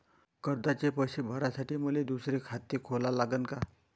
कर्जाचे पैसे भरासाठी मले दुसरे खाते खोला लागन का?